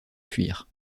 fuir